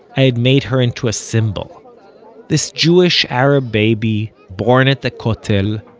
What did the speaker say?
i had made her into a symbol this jewish-arab baby, born at the kotel,